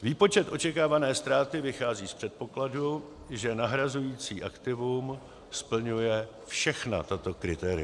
Výpočet očekávané ztráty vychází z předpokladu, že nahrazující aktivum splňuje všechna tato kritéria: